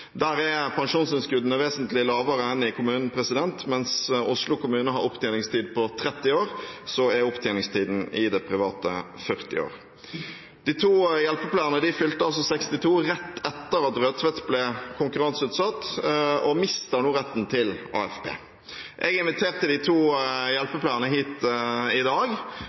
Der er pensjonsinnskuddene vesentlig lavere enn i kommunen. Mens Oslo kommune har opptjeningstid på 30 år, er opptjeningstiden i det private 40 år. De to hjelpepleierne fylte 62 år rett etter at Rødtvet sykehjem ble konkurranseutsatt, og de mister nå retten til AFP. Jeg inviterte de to hjelpepleierne hit i dag,